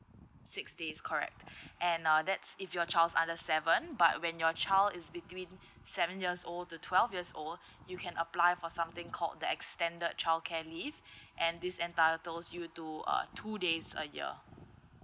six days correct and uh that's if your child's under seven but when your child is between seven years old to twelve years old you can apply for something called the extended childcare leave and this entitles you to uh two days a year